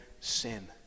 sin